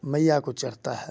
मइया को चढ़ता है